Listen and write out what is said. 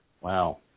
Wow